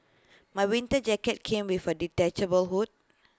my winter jacket came with A detachable hood